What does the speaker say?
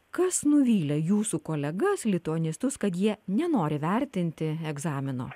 kas nuvylė jūsų kolegas lituanistus kad jie nenori vertinti egzamino